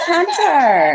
Hunter